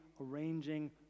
arranging